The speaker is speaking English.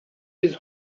his